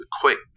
quick